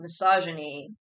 misogyny